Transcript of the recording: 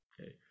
okay